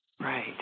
Right